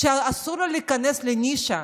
אסור לו להיכנס לנישה.